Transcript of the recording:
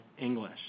English